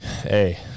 hey